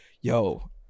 yo